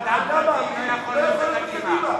שאדם מאמין לא יכול להיות בקדימה.